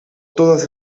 todas